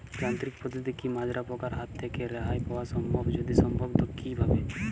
যান্ত্রিক পদ্ধতিতে কী মাজরা পোকার হাত থেকে রেহাই পাওয়া সম্ভব যদি সম্ভব তো কী ভাবে?